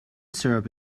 syrup